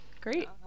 Great